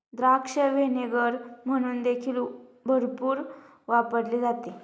द्राक्ष व्हिनेगर म्हणून देखील भरपूर वापरले जाते